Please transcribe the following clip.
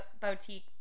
boutique